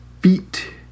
Feet